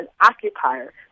occupier